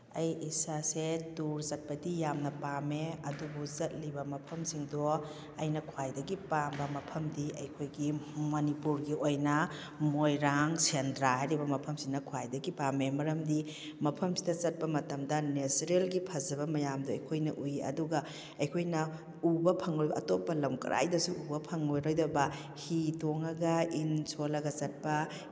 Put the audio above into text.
ꯑꯩ ꯏꯁꯥꯁꯦ ꯇꯨꯔ ꯆꯠꯄꯗꯤ ꯌꯥꯝꯅ ꯄꯥꯝꯃꯦ ꯑꯗꯨꯕꯨ ꯆꯠꯂꯤꯕ ꯃꯐꯝꯁꯤꯡꯗꯣ ꯑꯩꯅ ꯈ꯭ꯋꯥꯏꯗꯒꯤ ꯄꯥꯝꯕ ꯃꯐꯝꯗꯤ ꯑꯩꯈꯣꯏꯒꯤ ꯃꯅꯤꯄꯨꯔꯒꯤ ꯑꯣꯏꯅ ꯃꯣꯏꯔꯥꯡ ꯁꯦꯟꯗ꯭ꯔꯥ ꯍꯥꯏꯔꯤꯕ ꯃꯐꯝꯁꯤꯅ ꯈ꯭ꯋꯥꯏꯗꯒꯤ ꯄꯥꯝꯃꯦ ꯃꯔꯝꯗꯤ ꯃꯐꯝꯁꯤꯗ ꯆꯠꯄ ꯃꯇꯝꯗ ꯅꯦꯆꯔꯦꯜꯒꯤ ꯐꯖꯕ ꯃꯌꯥꯝꯗꯣ ꯑꯩꯈꯣꯏꯅ ꯎꯏ ꯑꯗꯨꯒ ꯑꯩꯈꯣꯏꯅ ꯎꯕ ꯐꯪꯂꯣꯏ ꯑꯇꯣꯞꯄ ꯂꯝ ꯀꯔꯥꯏꯗꯁꯨ ꯎꯕ ꯐꯪꯂꯔꯣꯏꯗꯕ ꯍꯤ ꯇꯣꯡꯉꯒ ꯏꯟ ꯁꯣꯜꯂꯒ ꯆꯠꯄ